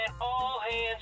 all-hands